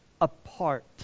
apart